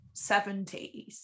70s